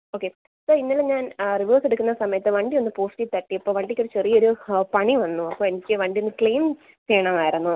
okay sir ഇന്നലെ ഞാൻ reverse എടുക്കുന്ന സമയത്ത് വണ്ടി ഒന്ന് പോസ്റ്റ് തട്ടി അപ്പോൾ വണ്ടിക്ക് ചെറിയ ഒരു പണി വന്നു അപ്പോൾ എനിക്ക് വണ്ടി ഒന്ന് ക്ലയിം ചെയ്യണമായിരുന്നു